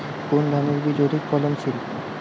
কোন ধানের বীজ অধিক ফলনশীল?